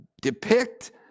depict